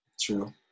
True